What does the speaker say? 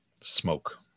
smoke